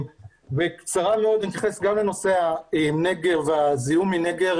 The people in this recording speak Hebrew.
בקצרה מאוד אני אתייחס גם לנושא הנגר והזיהום מנגר